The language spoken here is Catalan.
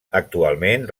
actualment